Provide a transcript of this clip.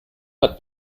hat